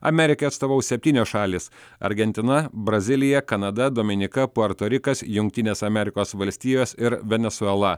amerikai atstovaus septynios šalys argentina brazilija kanada dominika puerto rikas jungtinės amerikos valstijos ir venesuela